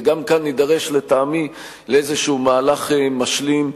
וגם כאן נידרש לטעמי למהלך משלים מסוים,